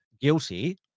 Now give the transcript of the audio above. guilty